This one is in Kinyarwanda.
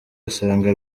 asanga